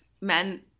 men